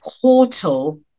portal